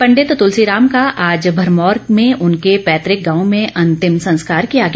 पंडित तुलसी राम का आज भरमौर में उनके पैतृक गांव में अंतिम संस्कार किया गया